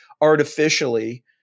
artificially